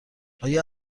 آیا